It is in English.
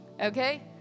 Okay